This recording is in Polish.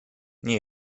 nie